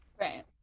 right